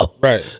Right